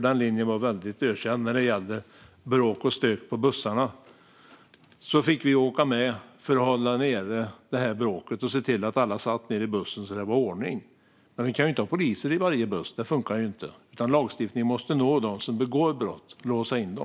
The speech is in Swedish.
Den linjen var ökänd när det gällde bråk och stök på bussarna. Vi fick alltså åka med för att hålla nere bråket och se till att alla satt ned i bussen så att det var ordning. Men vi kan ju inte ha poliser i varje buss - det funkar inte - utan lagstiftningen måste nå dem som begår brott och låsa in dem.